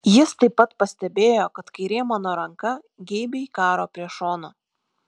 jis taip pat pastebėjo kad kairė mano ranka geibiai karo prie šono